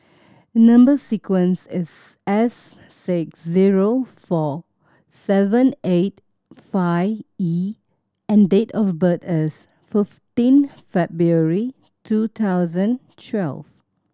number sequence is S six zero four seven eight five E and date of birth is fifteen February two thousand twelve